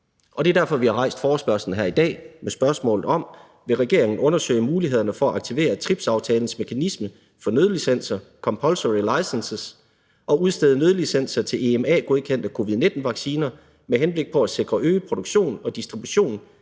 Det er derfor, vi har rejst forespørgslen her i dag med følgende spørgsmål: Vil regeringen undersøge mulighederne for at aktivere TRIPS-aftalens mekanisme for nødlicenser – compulsory licenses – og udstede nødlicenser til EMA-godkendte covid-19-vacciner med henblik på at sikre øget produktion og distribution